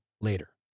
later